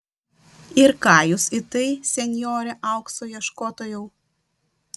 ir ką jūs į tai senjore aukso ieškotojau